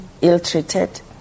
ill-treated